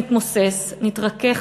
נתמוסס / נתרכך,